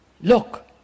look